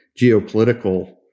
geopolitical